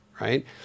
right